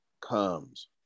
comes